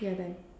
you are done